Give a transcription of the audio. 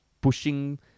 pushing